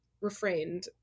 refrained